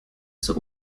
zur